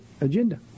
agenda